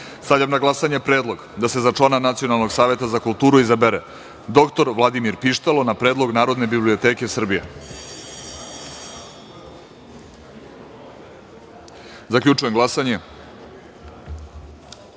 na glasanje predlog da se za člana Nacionalnog saveta za kulturu izabere dr Vladimir Pištalo, na predlog Narodne biblioteke Srbije. Zaključujem glasanje: